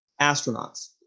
astronauts